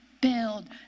build